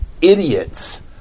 idiots